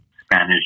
Spanish